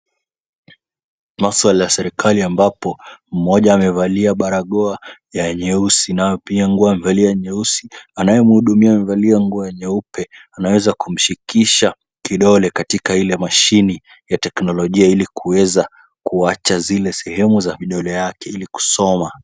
Maswala ya serikali ambapo mmoja amevalia barakoa ya nyeusi nayo pia nguo amevalia nyeusi, anayemhudumia amevalia nguo nyeupe, anaweza kumshikisha kidole katika ile mashine ya teknolojia ili kuweza kuwacha zile sehemu ya vidole zake ili kusoma.